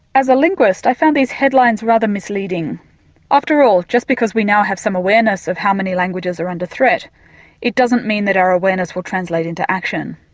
as a linguist i found these headlines rather misleading after all just because we now have some awareness of how many languages are under threat it doesn't mean that our awareness will translate into action.